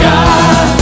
God